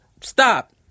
Stop